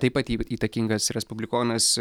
taip pat įtakingas respublikonas